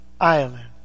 island